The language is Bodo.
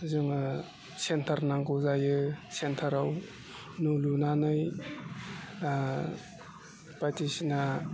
जोङो सेन्टार नांगौ जायो सेन्टाराव न' लुनानै बायदिसिना